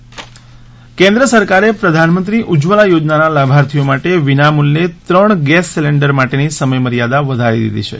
cabinet નિર્ણય કેન્દ્ર સરકારે પ્રધાનમંત્રી ઉજ્જવલા યોજનાના લાભાર્થીઓ માટે વિનામુલ્યે ત્રણ ગેસ સિલિન્ડર માટેની સમયમર્યાદા વધારી દીધી છે